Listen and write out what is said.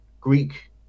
Greek